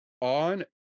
on